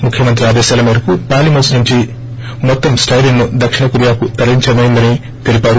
ముఖ్యమంత్రి ఆదేశాల మేరకు పాలిమర్ప్ నుండి మొత్తం స్టెరన్ ను దక్షిణ కొరియాకు తరలించడమైనది తెలిపారు